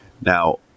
Now